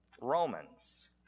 Romans